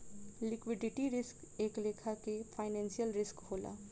liquidity risk एक लेखा के फाइनेंशियल रिस्क होला